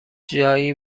جایی